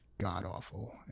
god-awful